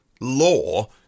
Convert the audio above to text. law